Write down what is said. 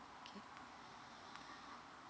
okay